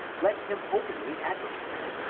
let him openly advocate it,